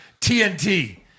TNT